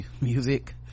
music